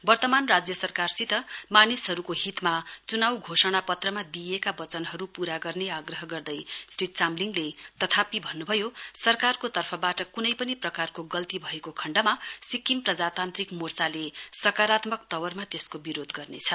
वर्तमान राज्य सरकारसित मानिसहरूको हितमा चुनाउ घोषणा पत्रमा दिइएका वचनहरू पूरा गर्ने आग्रह गर्दै श्री चामलिङले तथापि भन्नु भयो सरकारको तर्फबाट कुनै पनि प्रकारको गल्ती भएको खण्डमा सिक्किम प्रजातान्त्रिक मोर्चाले सकारात्मक तवरमा त्यसको विरोध गर्नेछ